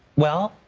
well,